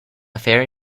fairy